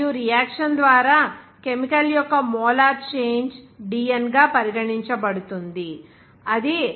మరియు రియాక్షన్ ద్వారా కెమికల్ యొక్క మోలార్ చేంజ్ dN గా పరిగణించబడుతుంది అది r